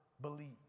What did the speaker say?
believe